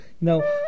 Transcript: No